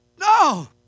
No